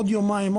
עוד יומיים,